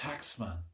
taxman